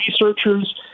researchers